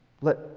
Let